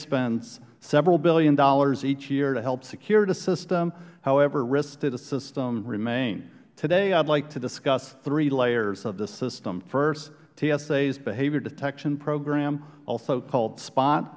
spends several billion dollars each year to help secure the system however risks to the system remain today i'd like to discuss three layers of the system first tsa's behavior detection program also called spot